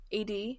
AD